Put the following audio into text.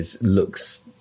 looks